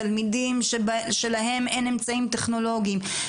תלמידים שלהם אין אמצעים טכנולוגיים,